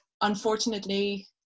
unfortunately